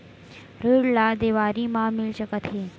ऋण ला देवारी मा मिल सकत हे